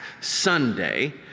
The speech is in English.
Sunday